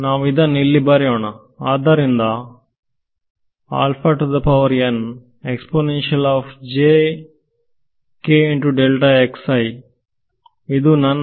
ನಾವು ಇದನ್ನು ಇಲ್ಲಿ ಬರೆಯೋಣ ಅದರಿಂದ ಇದು ನನ್ನ